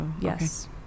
Yes